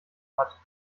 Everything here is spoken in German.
hat